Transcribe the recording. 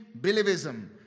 believism